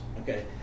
Okay